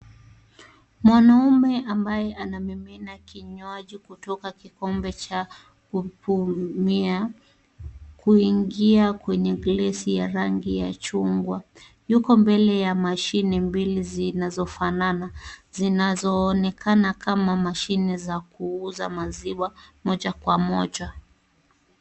Mwanaume ambaye anamimina kinywaji kutoka kikombe cha kupumia kuingia kwenye glasi ya rangi ya chungwa yuko mbele ya mashini mbili zinazofanana, zinazoonekana kama mashine za kuuza maziwa moja kwa moja.